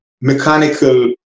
mechanical